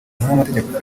umunyamategeko